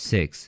Six